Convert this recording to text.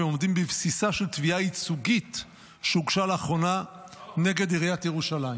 ועומדים בבסיסה של תביעה ייצוגית שהוגשה לאחרונה נגד עיריית ירושלים.